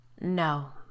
No